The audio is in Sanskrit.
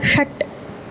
षट्